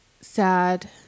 sad